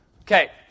Okay